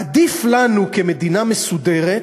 עדיף לנו כמדינה מסודרת